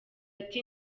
ati